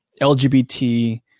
LGBT